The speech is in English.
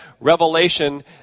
Revelation